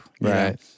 Right